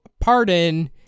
pardon